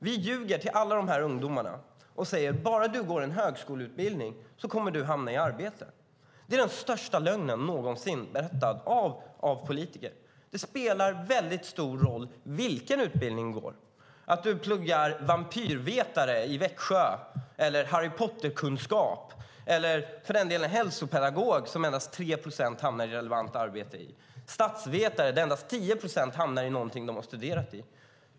Vi ljuger för alla dessa ungdomar när vi säger att om de bara går en högskoleutbildning så kommer de att få arbete. Det är den största lögnen någonsin berättad av politiker. Det spelar stor roll vilken utbildning du går, om du pluggar vampyrvetenskap i Växjö, Harry Potter-kunskap, eller för den delen hälsopedagogik, där endast 3 procent hamnar i ett relevant yrke, eller statsvetenskap, där endast 10 procent hamnar i ett arbete som de studerat till.